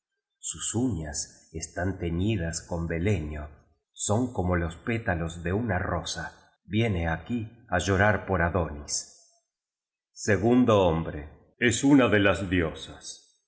sus uñas están teñidas con beleño son como los péta los de una rosa viene aquí á llorar por adonis segundo hombre es una de las diosas